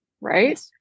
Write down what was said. right